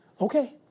Okay